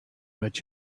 what